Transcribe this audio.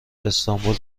استانبول